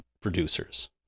producers